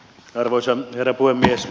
arvoisa herra puhemies